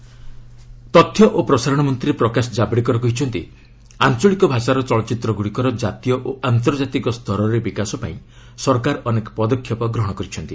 Javadekar regional ତଥ୍ୟ ଓ ପ୍ରସାରଣ ମନ୍ତ୍ରୀ ପ୍ରକାଶ ଜାଭଡେକର କହିଛନ୍ତି ଆଞ୍ଚଳିକ ଭାଷାର ଚଳଚ୍ଚିତ୍ରଗୁଡ଼ିକର କାତୀୟ ଓ ଆନ୍ତର୍ଜାତିକ ସ୍ତରରେ ବିକାଶ ପାଇଁ ସରକାର ଅନେକ ପଦକ୍ଷେପ ଗ୍ରହଣ କରିଛନ୍ତି